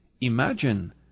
Imagine